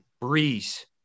Breeze